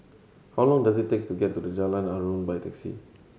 how long does it take to get to Jalan Aruan by taxi